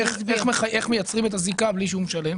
איך מייצרים את הזיקה בלי שהוא משלם?